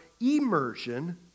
immersion